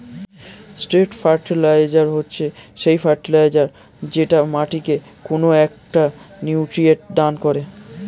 straight fertilizer হচ্ছে সেই fertilizer যেটা মাটিকে কোনো একটা নিউট্রিয়েন্ট দান করে